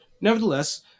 nevertheless